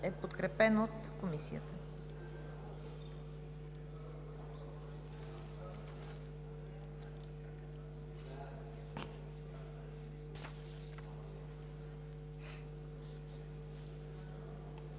е подкрепен от Комисията.